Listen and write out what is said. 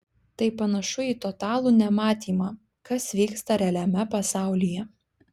tai panašu į totalų nematymą kas vyksta realiame pasaulyje